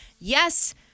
Yes